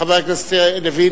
חבר הכנסת לוין,